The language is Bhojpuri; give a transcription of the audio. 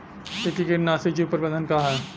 एकीकृत नाशी जीव प्रबंधन का ह?